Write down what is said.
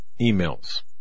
emails